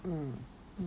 mm